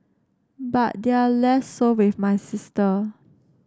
but they're less so with my sister